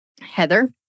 Heather